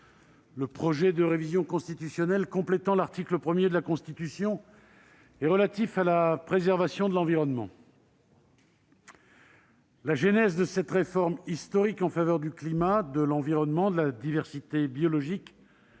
le projet de révision constitutionnelle complétant l'article 1 de la Constitution et relatif à la préservation de l'environnement. La genèse de cette réforme historique en faveur du climat, de l'environnement et de la diversité biologique